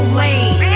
lane